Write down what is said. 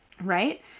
Right